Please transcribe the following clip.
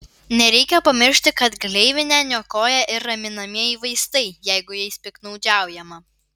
nereikia pamiršti kad gleivinę niokoja ir raminamieji vaistai jeigu jais piktnaudžiaujama